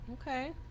Okay